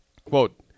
Quote